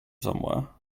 somewhere